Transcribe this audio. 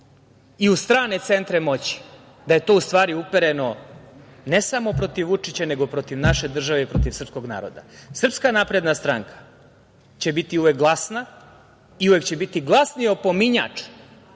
i u strane centre moći, da je to u stvari upereno ne samo protiv Vučića, nego i protiv naše države i protiv srpskog naroda? Srpska napredna stranka će biti uvek glasna i uvek će biti glasni opominjač